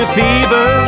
fever